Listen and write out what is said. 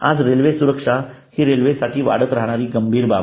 आज रेल्वे सुरक्षा ही रेल्वेसाठी वाढ्त राहणारी गंभीर बाब आहे